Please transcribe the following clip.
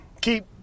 keep